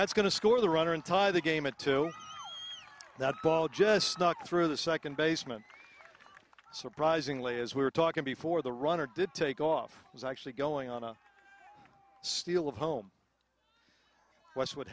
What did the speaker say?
that's going to score the runner and tie the game add to that ball just snuck through the second baseman surprisingly as we were talking before the runner did take off was actually going on a steal of home westwood